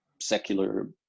secular